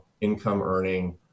income-earning